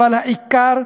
אבל העיקר,